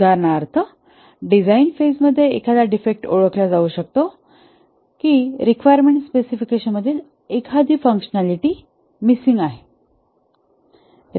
उदाहरणार्थ design phase मध्ये एखादा डिफेक्ट ओळखला जाऊ शकतो की रिक्वायरमेंट स्पेसिफिकेशन मधील एखादी फंक्शनालिटी मिसिंग आहे